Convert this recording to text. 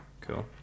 Cool